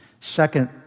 Second